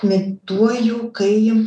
medituoju kai